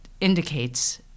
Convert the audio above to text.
indicates